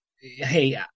hey